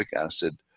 acid